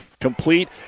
complete